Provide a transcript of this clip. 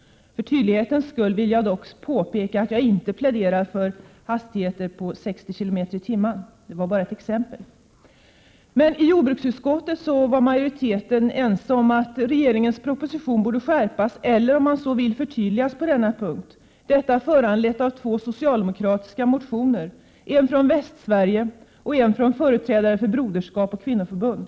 För tydlighetens skull vill jag dock påpeka att jag inte pläderar för en hastighet på 60 km/tim. — det var bara ett exempel. I jordbruksutskottet var majoriteten ense om att regeringens proposition borde skärpas eller förtydligas på denna punkt. Detta föranleddes av två socialdemokratiska motioner, en från Västsverige och en från företrädare för broderskapsrörelse och kvinnoförbund.